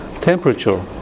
temperature